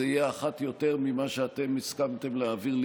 זו תהיה אחת יותר ממה שאתם הסכמתם להעביר לי